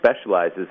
specializes